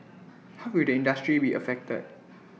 how will the industry be affected